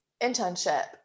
internship